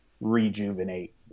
rejuvenate